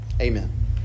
Amen